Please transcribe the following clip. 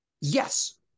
yes